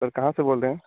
sir कहाँ से बोल रहे हैं